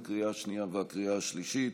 בקריאה השנייה ובקריאה השלישית.